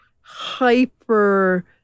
hyper